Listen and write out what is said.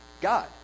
God